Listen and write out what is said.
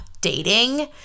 dating